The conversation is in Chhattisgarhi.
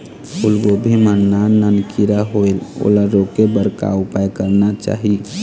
फूलगोभी मां नान नान किरा होयेल ओला रोके बर का उपाय करना चाही?